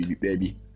baby